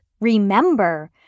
remember